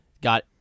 got